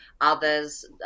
others